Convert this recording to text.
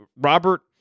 Robert